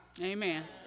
Amen